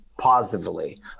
positively